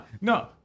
No